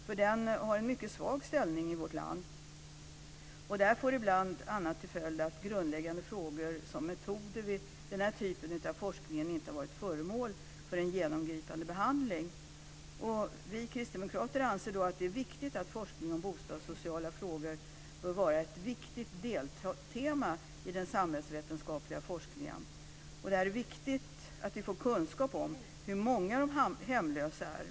Den har nämligen en mycket svag ställning i vårt land, och det får bl.a. till följd att grundläggande frågor som metoder vid denna typ av forskning inte har varit föremål för en genomgripande behandling. Vi kristdemokrater anser att det är viktigt att forskning om bostadssociala frågor är ett angeläget deltema i den samhällsvetenskapliga forskningen. Det är viktigt att vi får kunskap om hur många de hemlösa är.